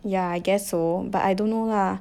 yeah I guess so but I don't know lah